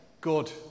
Good